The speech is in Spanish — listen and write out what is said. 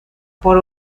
por